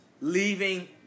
leaving